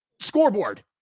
Scoreboard